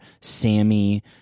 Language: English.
Sammy